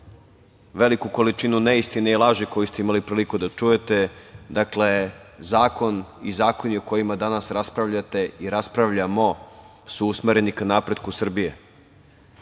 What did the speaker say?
veliku količinu neistina i laži koje ste imali priliku da čujete. Dakle, zakon i zakoni o kojima danas raspravljate i raspravljamo su usmereni ka napretku Srbije,